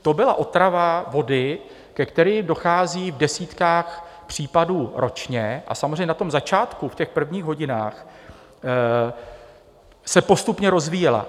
To byla otrava vody, ke kterým dochází v desítkách případů ročně, a samozřejmě na začátku, v prvních hodinách, se postupně rozvíjela.